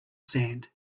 sand